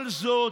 כל זאת,